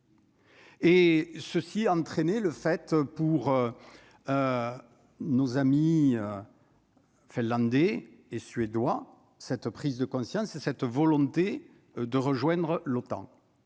Et ceci a entraîné le fait pour nos amis finlandais et suédois, cette prise de conscience et cette volonté de rejoindre l'OTAN,